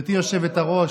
גברתי היושבת-ראש,